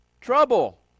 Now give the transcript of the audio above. trouble